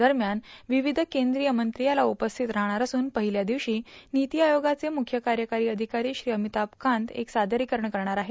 दरम्यान विविध केंद्रीय मंत्री याला उपस्थित राहणार असून पहिल्या दिवशी नीती आयोगाचे म्रुख्य कार्यकारी अधिकारी श्री अमिताभ कान्त एक सादरीकरण करणार आहेत